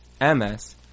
MS